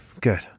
good